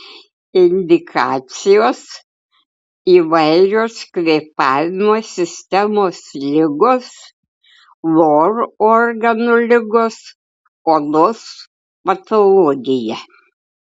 indikacijos įvairios kvėpavimo sistemos ligos lor organų ligos odos patologija